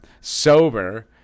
sober